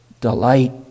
delight